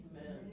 amen